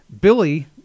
Billy